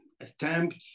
attempt